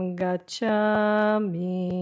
gachami